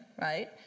right